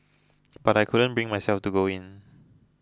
but I couldn't bring myself to go in